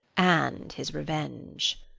and his revenge.